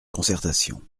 concertation